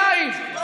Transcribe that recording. יאיר,